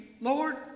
Lord